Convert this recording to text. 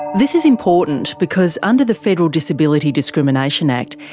this is important, because under the federal disability discrimination act,